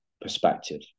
perspective